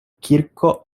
kirko